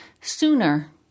sooner